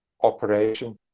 operation